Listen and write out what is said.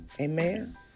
Amen